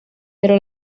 pero